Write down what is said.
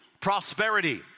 prosperity